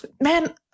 man